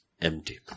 empty